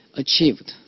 achieved